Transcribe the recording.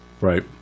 Right